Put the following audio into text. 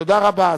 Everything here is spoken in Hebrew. תודה רבה.